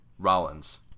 Rollins